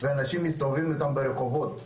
ואנשים מסתובבים איתם ברחובות,